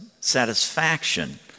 satisfaction